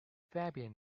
fabian